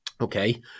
okay